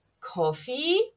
Coffee